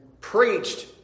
preached